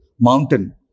mountain